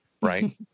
right